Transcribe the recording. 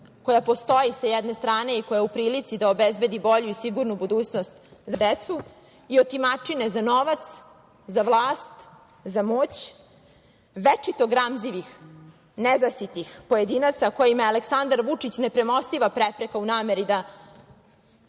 koja postoji sa jedne strane i koja je u prilici da obezbedi bolju i sigurnu budućnost za našu decu i otimačine za novac, za vlast, za moć, večito gramzivih, nezasitih pojedinaca kojima je Aleksandra Vučić nepremostiva prepreka u nameri